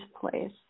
place